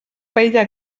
paella